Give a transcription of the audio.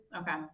Okay